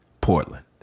Portland